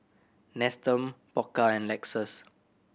Nestum Pokka and Lexus